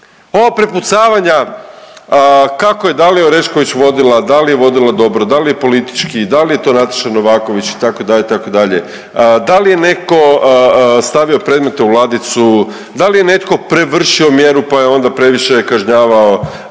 Ova prepucavanja kako je Dalija Orešković, da li je vodila dobro, da li je politički, da li je to Nataša Novaković, itd., itd., da li je netko stavio predmete u ladici, da li je netko prevršio mjeru pa je onda previše kažnjavao